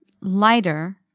Lighter